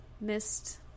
missed